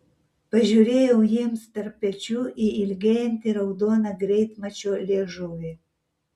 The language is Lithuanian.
pažiūrėjau jiems tarp pečių į ilgėjantį raudoną greitmačio liežuvį